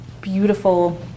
beautiful